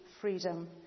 freedom